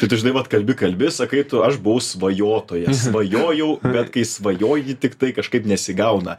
tai tu žinai vat kalbi kalbi sakai tu aš buvau svajotoja svajojau bet kai svajoji tiktai kažkaip nesigauna